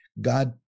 God